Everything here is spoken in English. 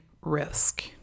risk